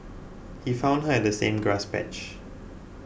he found her at the same grass patch